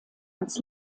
ans